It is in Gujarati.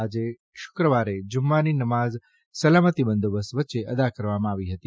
આજે શુક્રવારે જુમ્માની નમાઝ સલામતિ બંદોબસ્ત વચ્ચે અદા કરવામાં આવી હતી